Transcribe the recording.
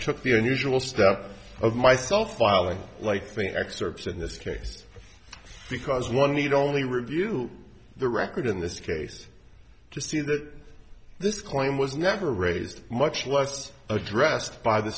the unusual step of myself filing like thing excerpts in this case because one need only review the record in this case to see that this claim was never raised much less addressed by the